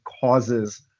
causes